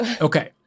Okay